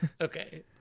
Okay